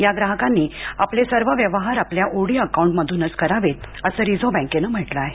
या ग्राहकांनी आपले सर्व व्यवहार आपल्या ओडी अकाऊंट मधूनच करावेत असं रिझर्व बँकेनं म्हटलं आहे